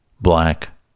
Black